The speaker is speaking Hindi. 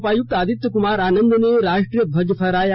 उपायुक्त आदित्य कुमार आनंद र्न राष्ट्रीय ध्वज फहराया